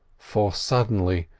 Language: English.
for suddenly,